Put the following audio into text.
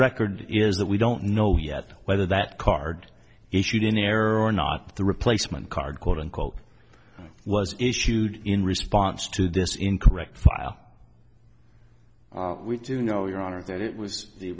record is that we don't know yet whether that card issued in error or not the replacement card quote unquote was issued in response to this incorrect file we do know your honor that it was the